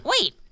Wait